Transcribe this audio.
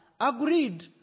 agreed